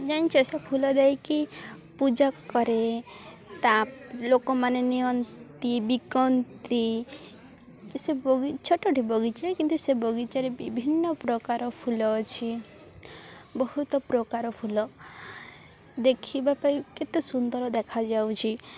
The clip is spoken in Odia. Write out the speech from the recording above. ଯାଣିଛ ସେ ଫୁଲ ଦେଇକି ପୂଜା କରେ ତା ଲୋକମାନେ ନିଅନ୍ତି ବିକନ୍ତି ସେ ଛୋଟ ବଗିଚା କିନ୍ତୁ ସେ ବଗିଚାରେ ବିଭିନ୍ନ ପ୍ରକାର ଫୁଲ ଅଛି ବହୁତ ପ୍ରକାର ଫୁଲ ଦେଖିବା ପାଇଁ କେତେ ସୁନ୍ଦର ଦେଖାଯାଉଛି